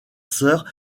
sœurs